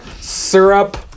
syrup